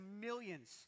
millions